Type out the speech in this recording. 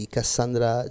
Cassandra